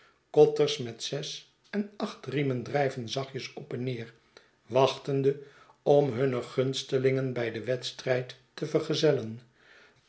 kotters met zes en acht riemen drijven zachtjes op en neer wachtende om hunne gunstelingen bij den wedstrijd te vergezellen